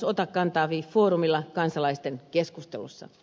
fi foorumilla kansalaisten keskustelussa